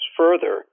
further